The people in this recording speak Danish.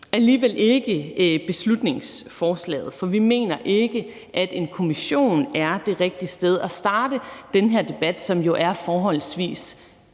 alligevel ikke beslutningsforslaget, for vi mener ikke, at nedsættelsen af en kommission er det rigtige sted at starte den her debat, som jo er forholdsvis